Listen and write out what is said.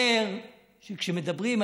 מתברר שכשמדברים,